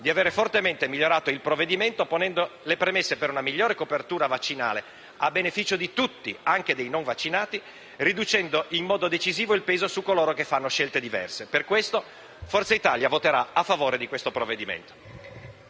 di aver fortemente migliorato il provvedimento ponendo le premesse per una migliore copertura vaccinale a beneficio di tutti, anche dei non vaccinati, riducendo in modo decisivo il peso su coloro che fanno scelte diverse. Per questo Forza Italia voterà a favore di questo provvedimento.